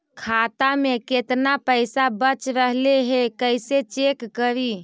खाता में केतना पैसा बच रहले हे कैसे चेक करी?